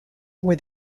were